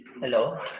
Hello